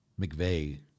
McVeigh